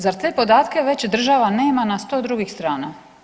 Zar te podatke već država nema na 100 drugih strana?